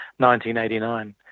1989